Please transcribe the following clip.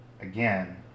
again